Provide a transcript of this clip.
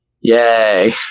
Yay